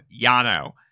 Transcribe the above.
Yano